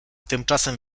tymczasem